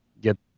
get